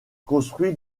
construit